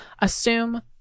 Assume